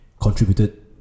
contributed